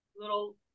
little